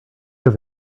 over